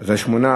אז שמונה.